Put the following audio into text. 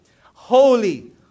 holy